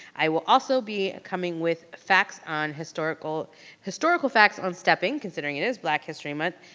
i will also be coming with facts on, historical historical facts on stepping, considering it is black history month,